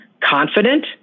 confident